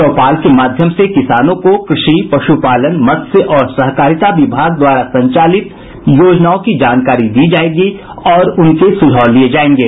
चौपाल के माध्यम से किसानों को कृषि पशुपालन मत्स्य और सहकारिता विभाग द्वारा संचालित योजनाओं की जानकारी दी जायेगी और उनके सुझाव लिये जायेंगे